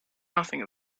nothing